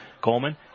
Coleman